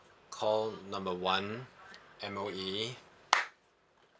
call number one M_O_E